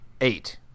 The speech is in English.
eight